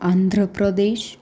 Andhra Pradesh